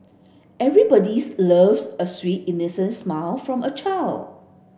everybodies loves a sweet innocent smile from a child